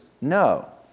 no